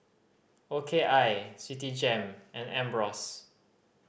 O K I Citigem and Ambros